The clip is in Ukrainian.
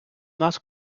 нас